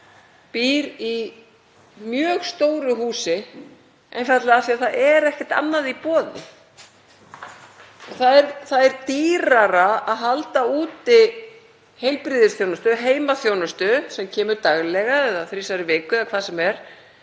býr í mjög stóru húsi, einfaldlega af því að það er ekkert annað í boði. Það er dýrara að halda úti heilbrigðisþjónustu, heimaþjónustu sem kemur daglega eða þrisvar í viku eða hvað sem er,